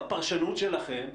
בפרשנות שלכם,